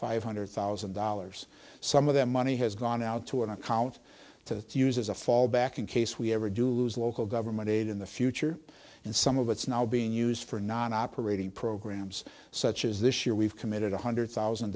five hundred thousand dollars some of that money has gone out to an account to use as a fallback in case we ever do lose local government aid in the future and some of it's now being used for non operating programs such as this year we've committed one hundred thousand